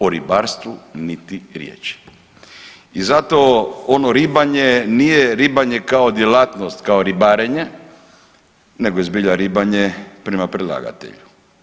O ribarstvu niti riječi i zato ono „ribanje“ nije ribanje kao djelatnost kao ribarenje, nego je zbilja ribanje prema predlagatelju.